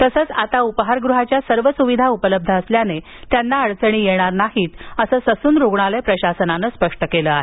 तसंच आता उपाहारगृहाच्या सर्व सुविधा उपलब्ध असल्याने त्यांना अडचणी येणार नाहीत असं ससून रुग्णालय प्रशासनानं स्पष्ट केलं आहे